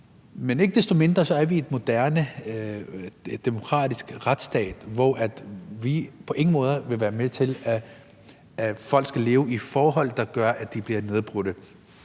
Men ikke desto mindre er vi en moderne, demokratisk retsstat, hvor vi på ingen måder vil være med til, at folk skal leve i forhold, der gør, at de bliver nedbrudte.